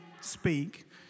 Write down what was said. speak